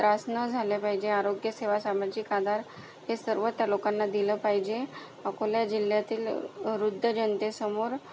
त्रास न झाल्या पाहिजे आरोग्य सेवा सामाजिक आधार हे सर्व त्या लोकांना दिलं पाहिजे अकोला जिल्ह्यातील वृद्ध जनतेसमोर